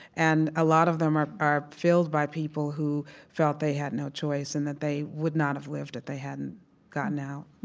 and a lot of them are are filled by people who felt they had no choice and that they would not have lived if they hadn't gotten out